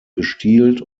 gestielt